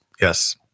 Yes